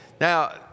Now